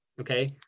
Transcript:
Okay